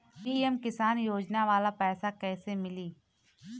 PM Kisan योजना वाला पैसा कईसे मिली?